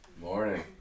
Morning